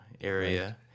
area